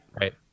Right